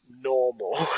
normal